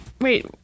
Wait